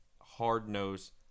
hard-nosed